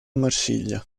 marsiglia